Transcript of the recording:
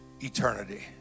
Eternity